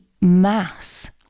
mass